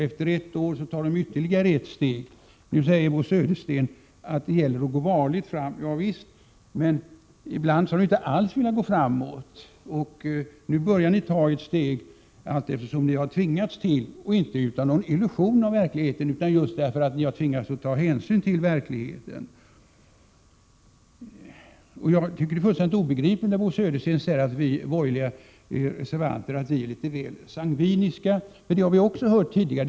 Efter ett år tar de sedan ytterligare ett steg. Nu säger Bo Södersten att det gäller att gå varligt fram. Javisst, men ibland har ni inte alls velat gå framåt. Nu tar ni steg allteftersom ni har tvingats till det — inte av egen illusion om verkligheten, utan just därför att ni har tvingats ta hänsyn till verkligheten. Det är fullständigt obegripligt när Bo Södersten säger om oss borgerliga reservanter, att vi är litet väl sangviniska. Det har vi nämligen också hört förut.